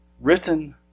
written